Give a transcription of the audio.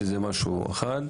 שזה משהו אחד.